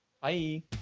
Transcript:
Bye